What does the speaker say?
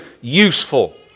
useful